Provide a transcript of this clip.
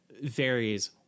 varies